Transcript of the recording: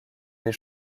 des